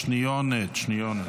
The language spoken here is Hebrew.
שניונת.